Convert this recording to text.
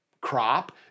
crop